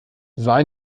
sei